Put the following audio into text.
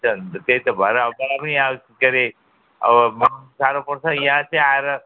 त्यही त भरे मलाई पनि यहाँ के अरे अब म साह्रो पर्छ यहाँ चाहिँ आएर